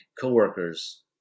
coworkers